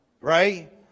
right